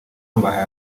mbahaye